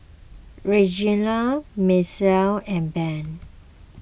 Reginal Misael and Ben